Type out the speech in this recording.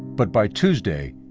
but by tuesday,